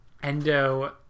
Endo